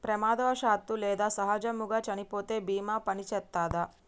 ప్రమాదవశాత్తు లేదా సహజముగా చనిపోతే బీమా పనిచేత్తదా?